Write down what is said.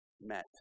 met